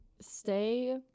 Stay